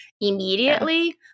immediately